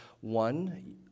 one